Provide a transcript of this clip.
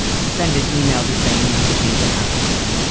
send an email just saying you need to change your passwords,